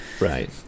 right